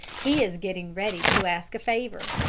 he is getting ready to ask a favor.